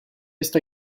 está